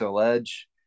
edge